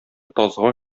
тазга